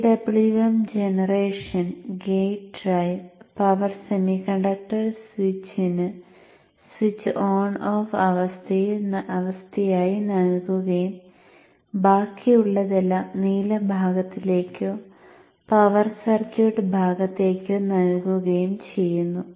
PWM generation gate drive power semiconductor സ്വിച്ചിന് switch on off അവസ്ഥയായി നൽകുകയും ബാക്കിയുള്ളതെല്ലാം നീല ഭാഗത്തിലേക്കോ പവർ സർക്യൂട്ട് ഭാഗത്തേക്കോ നൽകുകയും ചെയ്യുന്നു